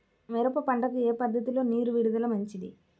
మిరప పంటకు ఏ పద్ధతిలో నీరు విడుదల మంచిది?